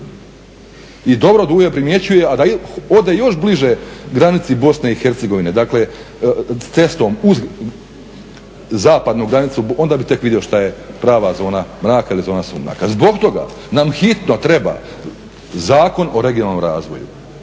I dobro Duje primjećuje a da ode još bliže granici Bosne i Hercegovine, dakle cestom uz zapadnu granicu onda bi tek vidio šta je prava zona mraka ili zona sumraka. Zbog toga nam hitno treba Zakon o regionalnom razvoju.